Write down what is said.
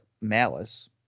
Malice